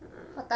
mm